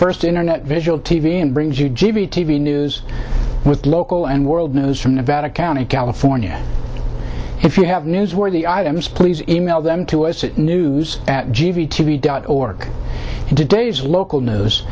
first internet visual t v and brings you g b t v news with local and world news from nevada county california if you have newsworthy items please e mail them to us at news at g v t v dot org and today's local knows